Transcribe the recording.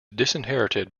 disinherited